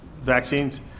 vaccines